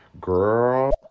girl